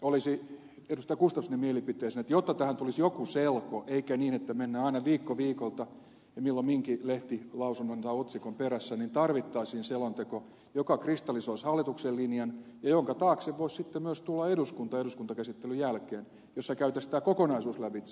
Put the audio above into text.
gustafssonin mielipiteeseen että jotta tähän tulisi joku selko eikä niin että mennään aina viikko viikolta ja milloin minkäkin lehtilausunnon tai otsikon perässä niin tarvittaisiin selonteko joka kristallisoisi hallituksen linjan ja jonka taakse voisi sitten myös tulla eduskunta eduskuntakäsittelyn jälkeen jossa käytäisiin tämä kokonaisuus lävitse